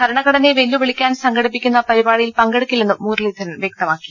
ഭരണഘടനയെ വെല്ലുവിളിക്കാൻ സംഘടിപ്പിക്കുന്ന പരി പാടിയിൽ പങ്കെടുക്കില്ലെന്നും മുരളീധരൻ വ്യക്തമാക്കി